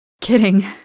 Kidding